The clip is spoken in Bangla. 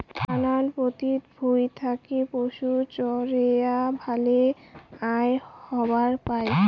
নাকান পতিত ভুঁই থাকি পশুচরেয়া ভালে আয় হবার পায়